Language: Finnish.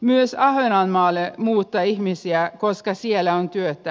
myös ahvenanmaalle muuttaa ihmisiä koska siellä on työtä